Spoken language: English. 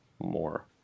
more